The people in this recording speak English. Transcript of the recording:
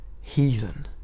heathen